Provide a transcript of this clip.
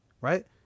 right